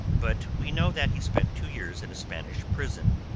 but we know that he spent two years in a spanish prison,